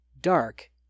dark